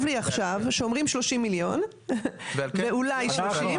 מה ערב לי עכשיו שאומרים שלושים מיליון ואולי שלושים?